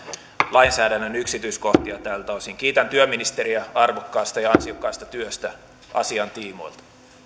lainsäädännön yksityiskohtia tältä osin kiitän työministeriä arvokkaasta ja ansiokkaasta työstä asian tiimoilta